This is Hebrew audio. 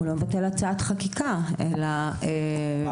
אני